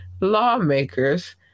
lawmakers